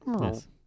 Yes